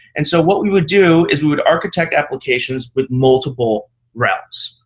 and so what we would do is we would architect applications with multiple realms.